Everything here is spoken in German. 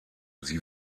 sie